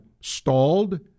stalled